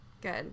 Good